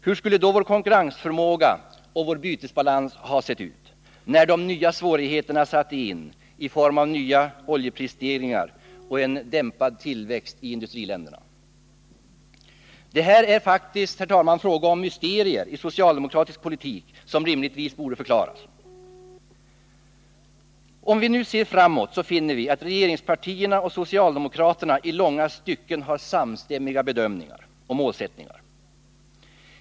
Hur hade då vår konkurrensförmåga och vår bytesbalans sett ut, när de nya svårigheterna satte in i form av nya oljeprisstegringar och dämpad tillväxt i industriländerna? Här är det faktiskt fråga om mysterier i socialdemokratisk politik som rimligtvis borde förklaras. Om vi nu ser framåt så finner vi att regeringspartierna och socialdemokraterna i långa stycken har samstämmiga bedömningar och målsättningar.